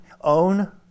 Own